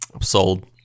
sold